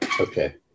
Okay